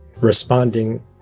responding